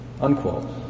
Unquote